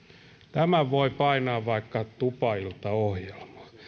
tämän voi painaa vaikka tupailtaohjelmaan